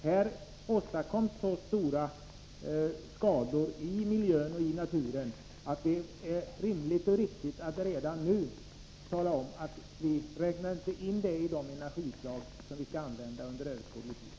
Man åstadkommer så stora skador i miljön och naturen genom skifferbrytning att det är rimligt och riktigt att redan nu tala om att vi inte räknar in detta i de energislag som vi skall använda under överskådlig tid.